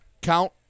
count